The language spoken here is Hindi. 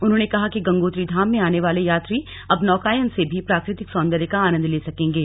उन्होंने कहा कि गंगोत्री धाम में आने वाले यात्री अब नौकायन से भी प्राकृतिक सौन्दर्य का आनंद ले सकेंगे